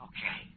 Okay